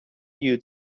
you